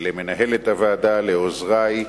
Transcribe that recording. למנהלת הוועדה, לעוזרַי.